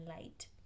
light